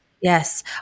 Yes